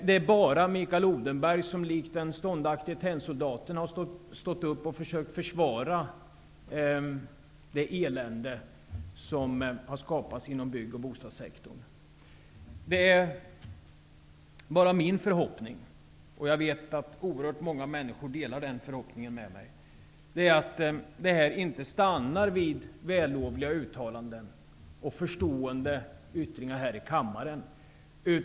Det är bara Mikael Odenberg som likt den ståndaktige tennsoldaten har stått upp och försökt att försvara det elände som har skapats inom bygg och bostadssektorn. Det är min förhoppning, och jag vet att oerhört många människor delar den förhoppningen med mig, att detta inte stannar vid vällovliga uttalan den och förstående yttranden här i kammaren.